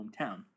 hometown